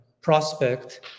prospect